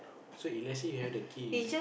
so if let's say you have the key